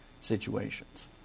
situations